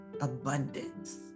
abundance